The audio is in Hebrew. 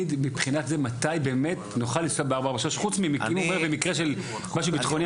מתי באמת נוכל לנסוע ב-443 חוץ במקרה של משהו ביטחוני,